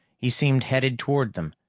he seemed headed toward them,